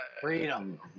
Freedom